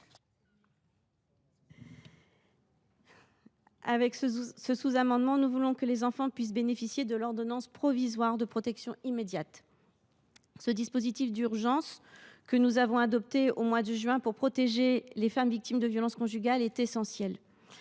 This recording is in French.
Par ce sous amendement, nous proposons que les enfants puissent bénéficier de l’ordonnance provisoire de protection immédiate. Ce dispositif d’urgence, que nous avons adopté en juin dernier afin de protéger les femmes victimes de violences conjugales, est essentiel.